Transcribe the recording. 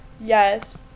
Yes